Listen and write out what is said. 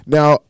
Now